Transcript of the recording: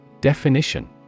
Definition